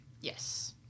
Yes